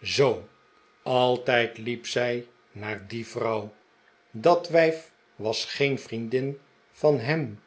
zoo altijd liep zij naar die vrouw dat wijf was geen vriendin van hem